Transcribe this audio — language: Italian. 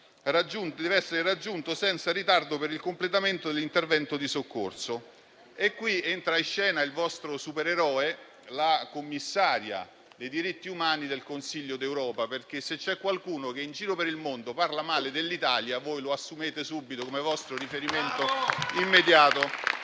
deve essere raggiunto senza ritardo per il completamento dell'intervento di soccorso. E qui entra in scena il vostro supereroe, la commissaria dei diritti umani del Consiglio d'Europa: se c'è qualcuno che in giro per il mondo parla male dell'Italia, voi lo assumete subito come vostro riferimento immediato.